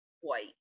white